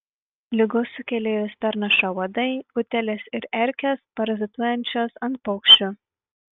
ligos sukėlėjus perneša uodai utėlės ir erkės parazituojančios ant paukščių